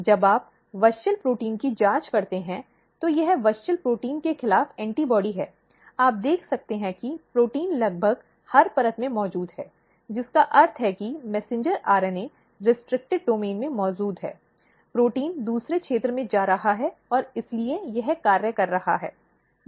जब आप WUSCHEL protein की जांच करते हैं तो यह WUSCHEL प्रोटीन के खिलाफ एंटीबॉडी है आप देख सकते हैं कि प्रोटीन लगभग हर परत में मौजूद है जिसका अर्थ है कि मैसेंजर RNA प्रतिबंधित डोमेन में मौजूद है प्रोटीन दूसरे क्षेत्र में जा रहा है और इसीलिए यह कार्य कर रहा है